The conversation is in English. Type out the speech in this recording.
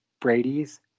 Brady's